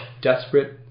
desperate